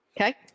Okay